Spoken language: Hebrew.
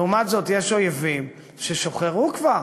לעומת זאת, יש אויבים ששוחררו כבר.